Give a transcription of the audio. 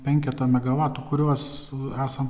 penketo megavatų kuriuos esam